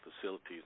facilities